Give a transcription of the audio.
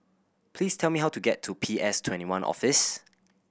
please tell me how to get to P S Twenty one Office